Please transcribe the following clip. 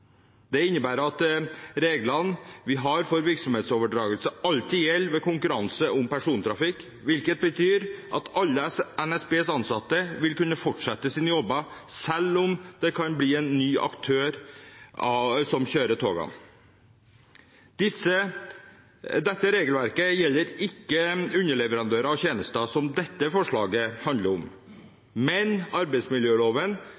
Det innebærer at reglene vi har for virksomhetsoverdragelse, alltid gjelder ved konkurranse om persontrafikk, hvilket betyr at alle NSBs ansatte vil kunne fortsette i sine jobber, selv om det kan bli en ny aktør som kjører togene. Dette regelverket gjelder ikke underleverandører og tjenester, som dette forslaget handler